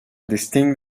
distinct